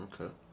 Okay